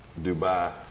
Dubai